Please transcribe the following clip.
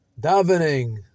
davening